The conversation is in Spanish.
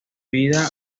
vida